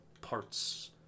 parts